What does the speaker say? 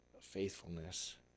faithfulness